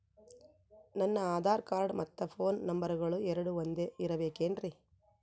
ನನ್ನ ಆಧಾರ್ ಕಾರ್ಡ್ ಮತ್ತ ಪೋನ್ ನಂಬರಗಳು ಎರಡು ಒಂದೆ ಇರಬೇಕಿನ್ರಿ?